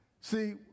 See